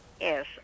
Yes